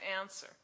answer